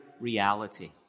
reality